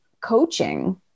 coaching